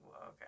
Okay